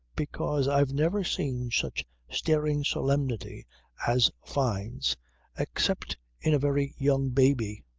because i've never seen such staring solemnity as fyne's except in a very young baby.